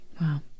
Wow